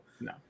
no